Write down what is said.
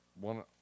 one